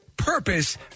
purpose